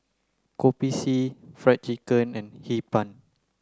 Kopi C fried chicken and Hee Pan